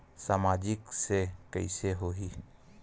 सामाजिक से कइसे होही?